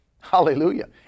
Hallelujah